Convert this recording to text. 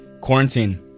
quarantine